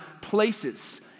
places